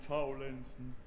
Faulenzen